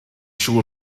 siŵr